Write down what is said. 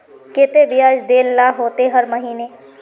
केते बियाज देल ला होते हर महीने?